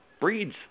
breeds